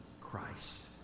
Christ